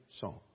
song